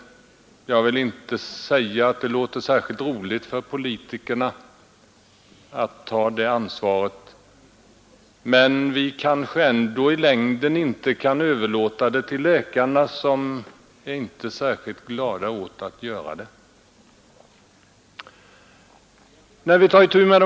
Det låter inte särskilt roligt att ta det ansvaret, men vi kan kanske inte i längden överlåta det till läkarna, som naturligtvis inte heller är glada åt att behöva göra en sådan avvägning.